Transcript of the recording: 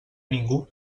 ningú